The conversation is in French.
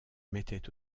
mettait